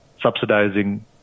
subsidizing